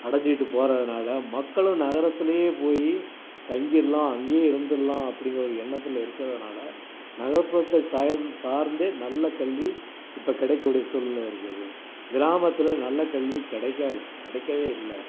அடைஞ்சிட்டு போகறதுனாலதான் மக்களும் நகரத்துல போய் தங்கிரலாம் அங்கேயே இருந்துரலாம் அப்படிங்குற ஒரு எண்ணத்தில் இருக்கிறதுனால நகர்புறத்தை சாய்ந் சார்ந்து நல்ல கல்வி இப்போ கடைக்கூடிய சூழ்நிலை இருக்குது கிராமத்தில் நல்ல கல்வி கிடைக்கால கிடைக்கவே இல்லை